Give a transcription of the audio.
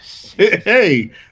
hey